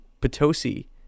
Potosi